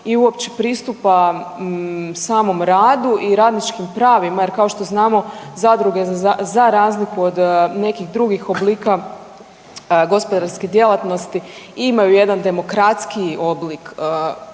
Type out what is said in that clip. i uopće pristupa samom radu i radničkim pravima jer kao što znamo zadruge za razliku od nekih drugih oblika gospodarske djelatnosti imaju jedan demokratskiji oblik odlučivanja